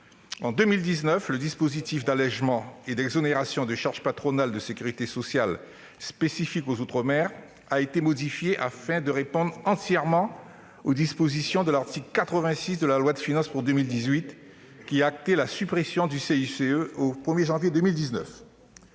En 2019, le dispositif d'allégements et d'exonérations de charges patronales de sécurité sociale spécifiques aux outre-mer a été modifié, afin de répondre entièrement aux dispositions de l'article 86 de la loi du 30 décembre 2017 de finances pour 2018, qui actait la suppression du crédit